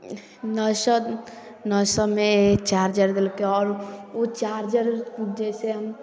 नओ सए नओ सएमे चार्जर देलकै आओर ओ चार्जर जे छै